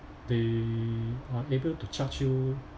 they are able to charge you